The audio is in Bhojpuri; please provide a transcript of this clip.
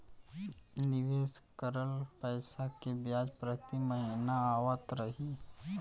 निवेश करल पैसा के ब्याज प्रति महीना आवत रही?